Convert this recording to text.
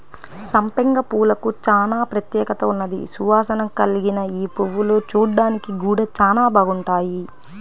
సంపెంగ పూలకు చానా ప్రత్యేకత ఉన్నది, సువాసన కల్గిన యీ పువ్వులు చూడ్డానికి గూడా చానా బాగుంటాయి